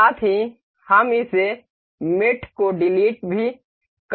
साथ ही हम इस मेट को डिलीट भी कर सकते हैं